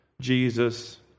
Jesus